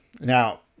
Now